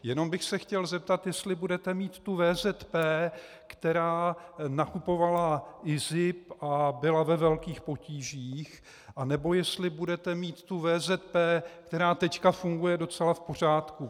Jenom bych se chtěl zeptat, jestli budete mít tu VZP, která nakupovala IZIP a byla ve velkých potížích, anebo jestli budete mít tu VZP, která teď funguje docela v pořádku.